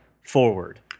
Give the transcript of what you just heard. forward